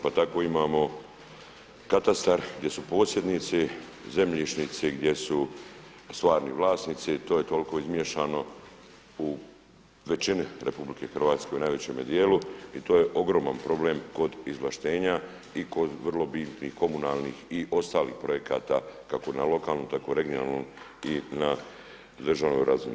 Pa tako imamo katastar gdje su posjednici zemljišnici gdje su stvarni vlasnici, to je toliko izmiješano u većini RH u najvećem dijelu i to je ogroman problem kod izvlaštenja i kod vrlo bitnih komunalnih i ostalih projekata kako na lokalnoj tako i na regionalnoj razini i na državnoj razini.